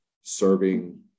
serving